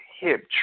hip